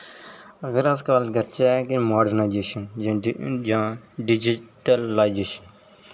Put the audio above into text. अगर अस गल्ल करचे मार्डनाइजेशन जां डिजिटलाइजेशन